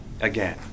again